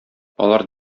алар